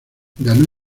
ganó